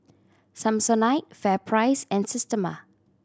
Samsonite FairPrice and Systema